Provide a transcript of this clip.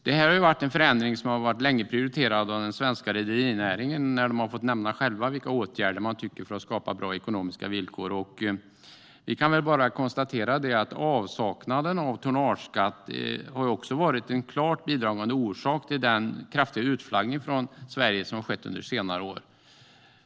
Det här har varit en förändring som länge har varit prioriterad av den svenska rederinäringen när de själva har fått nämna vilka åtgärder de tycker behövs för att skapa bra ekonomiska villkor. Vi kan bara konstatera att avsaknaden av tonnageskatt har varit en klart bidragande orsak till den kraftiga utflaggning från Sverige som har skett under senare år.